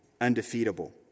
undefeatable